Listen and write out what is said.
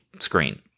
screen